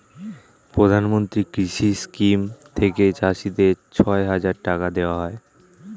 প্রধানমন্ত্রী কৃষি স্কিম থেকে চাষীদের ছয় হাজার টাকা দেওয়া হয়